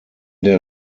der